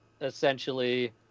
essentially